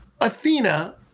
Athena